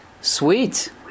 Sweet